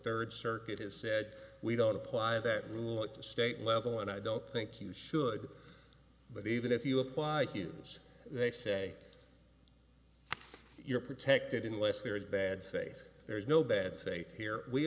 third circuit has said we don't apply that rule at the state level and i don't think you should but even if you apply use they say you're protected unless there is bad faith there's no bad faith here we